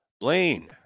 Blaine